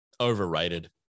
Overrated